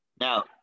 Now